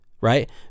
right